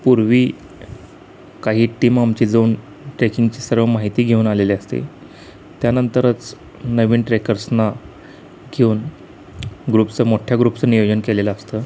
पूर्वी काही टीम आमची जाऊन ट्रेकिंगची सर्व माहिती घेऊन आलेली असते त्यानंतरच नवीन ट्रेकर्सना घेऊन ग्रुपचं मोठ्या ग्रुपचं नियोजन केलेलं असतं